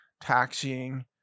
taxiing